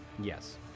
Yes